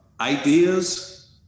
ideas